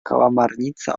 kałamarnica